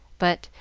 but,